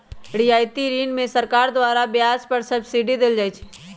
रियायती ऋण में सरकार द्वारा ब्याज पर सब्सिडी देल जाइ छइ